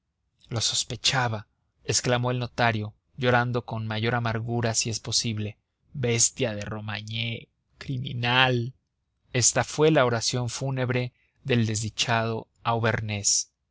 muerto lo sospechaba exclamó el notario llorando con mayor amargura si es posible bestia de romagné criminal esta fue la oración fúnebre del desdichado